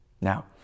Now